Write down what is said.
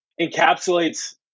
encapsulates